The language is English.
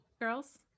Girls